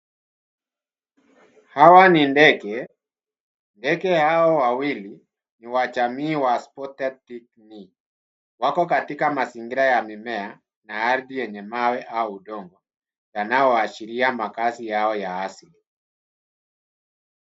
Hawa ni ndege. Ndege hawa wawili ni wa jamii wa spotted wako katika mazingira ya mimea na ardhi enye mawe au udongo panao ashiria makaazi ya asili.